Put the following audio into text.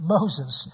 Moses